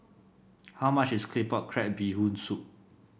how much is Claypot Crab Bee Hoon Soup